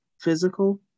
physical